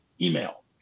email